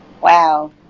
Wow